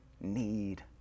need